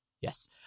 Yes